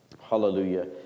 hallelujah